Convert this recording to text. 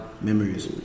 Memories